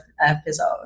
episode